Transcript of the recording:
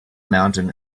mountain